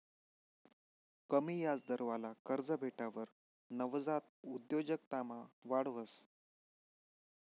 कमी याजदरवाला कर्ज भेटावर नवजात उद्योजकतामा वाढ व्हस